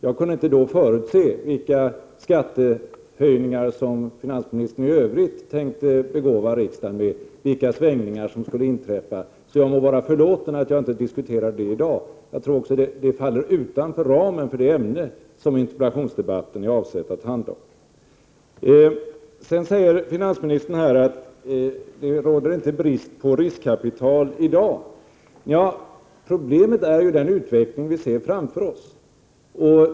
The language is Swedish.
Jag kunde inte då förutse vilka skattehöjningar som finansministern i övrigt tänkte begåva riksdagen med och vilka svängningar som skulle inträffa. Jag må vara förlåten att jag inte diskuterar de omständigheterna i dag. Jag tror också att de faller utanför ramen för det ämne som denna interpellationsdebatt är avsedd att handla om. Finansministern säger att det inte råder brist på riskkapital i dag. Problemet är den utveckling vi ser framför oss.